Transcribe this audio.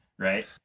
Right